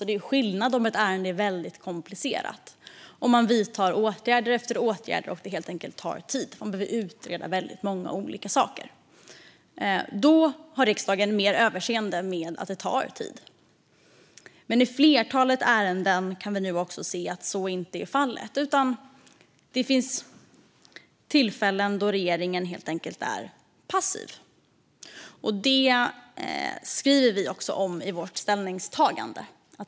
Det är skillnad om ett ärende är väldigt komplicerat, om man vidtar åtgärd efter åtgärd och det tar tid för att man behöver utreda många olika saker. Då kan riksdagen vara mer överseende med att det tar tid. I ett flertal ärenden kan vi dock se att så inte är fallet nu, utan det finns tillfällen då regeringen helt enkelt är passiv. Det skriver vi också om i vårt ställningstagande.